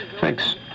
thanks